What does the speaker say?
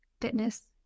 fitness